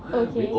okay